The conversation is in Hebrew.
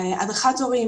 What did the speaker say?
הדרכת הורים,